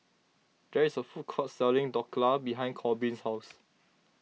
there is a food court selling Dhokla behind Korbin's house